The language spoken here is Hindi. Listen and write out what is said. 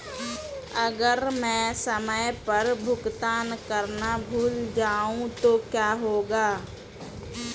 अगर मैं समय पर भुगतान करना भूल जाऊं तो क्या होगा?